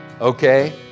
okay